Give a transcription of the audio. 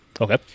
Okay